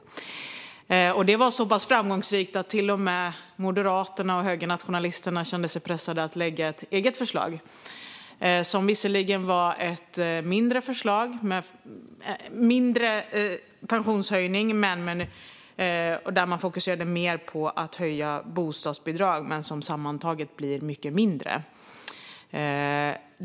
Det var så pass framgångsrikt att till och med Moderaterna och högernationalisterna kände sig pressade att lägga fram ett eget förslag. Det innebar visserligen en mindre pensionshöjning, och man fokuserade mer på att höja bostadsbidraget. Men det skulle sammantaget bli mycket mindre.